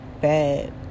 bad